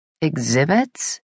Exhibits